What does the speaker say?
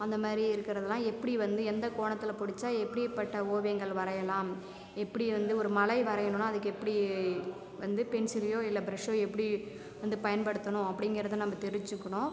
அந்த மாதிரி இருக்குறதுலாம் எப்படி வந்து எந்த கோணத்தில் பிடிச்சா எப்படி பட்ட ஓவியங்கள் வரையலாம் எப்படி வந்து ஒரு மலை வரையணும்னா அதுக்கு எப்படி வந்து பென்சிலோ இல்லை ப்ரஷோ எப்படி வந்து பயன்படுத்தனும் அப்படிங்குறத நம்ப தெரிஞ்சுக்கணும்